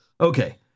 Okay